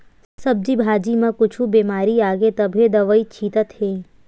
सब्जी भाजी म कुछु बिमारी आगे तभे दवई छितत हे